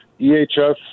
EHS